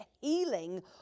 healing